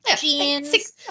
jeans